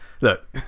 look